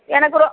எனக்கு ரொ